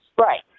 Right